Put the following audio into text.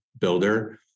builder